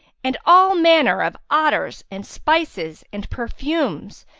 and all manner of otters and spices and perfumes,